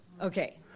Okay